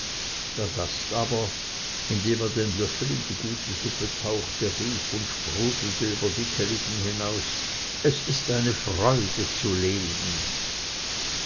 der gast aber indem er den löffel in die gute suppe tauchte rief und sprudelte über dicke lippen hinaus es ist eine freude zu leben